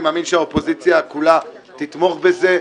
אני מאמין שהאופוזיציה כולה תתמוך בזה.